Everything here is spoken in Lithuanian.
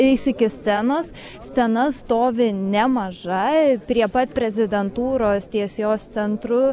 eis iki scenos scena stovi nemažai prie pat prezidentūros ties jos centru